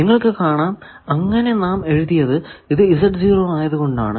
നിങ്ങൾക്കു കാണാം അങ്ങനെ നാം എഴുതിയത് ഇത് ആയതുകൊണ്ടാണ്